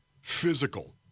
Physical